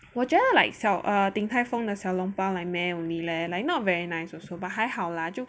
我觉得 like xiao err Din-Tai-Fung the xiao long bao meh only leh like not very nice also but 还好啦就